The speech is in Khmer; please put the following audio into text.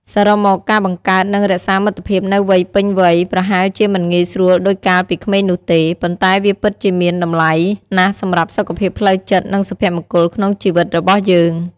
សរុបមក ការបង្កើត និងរក្សាមិត្តភាពនៅវ័យពេញវ័យប្រហែលជាមិនងាយស្រួលាដូចកាលពីក្មេងនោះទេ ប៉ុន្តែវាពិតជាមានតម្លៃណាស់សម្រាប់សុខភាពផ្លូវចិត្ត និងសុភមង្គលក្នុងជីវិតរបស់យើង។